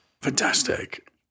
Fantastic